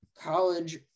college